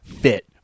fit